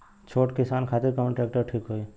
छोट किसान खातिर कवन ट्रेक्टर ठीक होई?